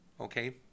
Okay